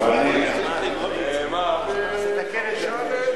תתקן את זה.